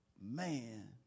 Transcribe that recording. man